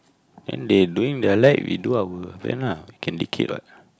then they doing the light we do our fan lah can what